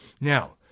Now